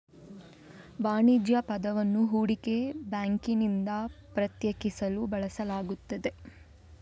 ವಾಣಿಜ್ಯ ಪದವನ್ನು ಹೂಡಿಕೆ ಬ್ಯಾಂಕಿನಿಂದ ಪ್ರತ್ಯೇಕಿಸಲು ಬಳಸಲಾಗುತ್ತದೆ